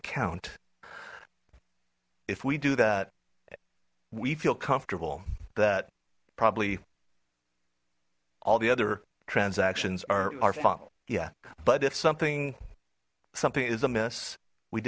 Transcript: account if we do that we feel comfortable that probably all the other transactions are final yeah but if something something is amiss we